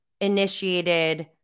initiated